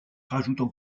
rajoutent